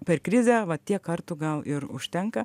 per krizę va tiek kartų gal ir užtenka